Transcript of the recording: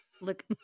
Look